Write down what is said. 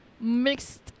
mixed